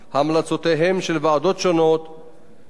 שבחנו את הנושא בעשורים האחרונים.